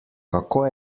kako